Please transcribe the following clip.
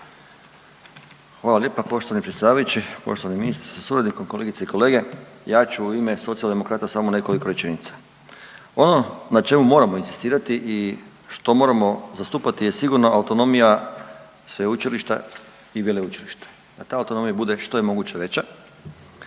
Hvala lijepa poštovani predsjedavajući, poštovani ministre sa suradnikom, kolegice i kolege. Ja ću u ime Socijaldemokrata samo nekoliko rečenica. Ono na čemu moramo inzistirati i što moramo zastupati je sigurno autonomija sveučilišta i veleučilišta, da ta automonija bude što je moguće veća.